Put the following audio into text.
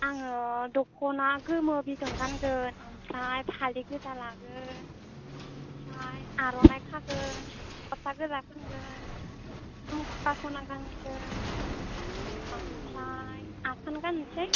आङो दखना गोमो बिदन गानगोन ओमफ्राय फालि गोजा लागोन ओमफ्राय आर'नाइ खागोन फोथा गोजा फोनगोन झुमका स'ना गानगोन ओमफ्राय आसान गाननोसै